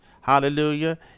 Hallelujah